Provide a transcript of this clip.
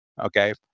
okay